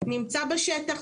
נמצא בשטח,